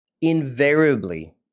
Invariably